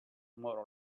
more